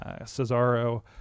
Cesaro